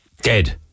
dead